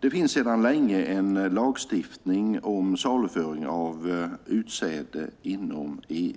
Det finns sedan länge en lagstiftning om saluföring av utsäde inom EU.